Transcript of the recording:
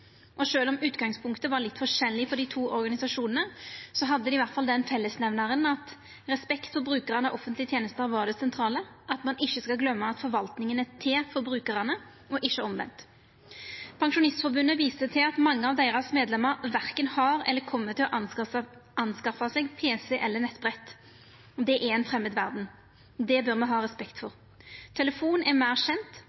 om utgangspunktet var litt forskjellig for dei to organisasjonane, hadde dei i alle fall den fellesnemnaren at respekt for brukarane av offentlege tenester var det sentrale – at ein ikkje skal gløyma at forvaltninga er til for brukarane, og ikkje omvendt. Pensjonistforbundet viste til at mange av deira medlemer verken har eller kjem til å skaffa seg pc eller nettbrett. Det er ei framand verd. Det bør me ha respekt